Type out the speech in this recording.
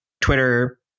Twitter